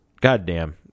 goddamn